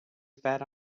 fed